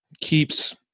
keeps –